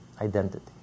identity